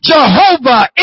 Jehovah